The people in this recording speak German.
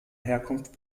herkunft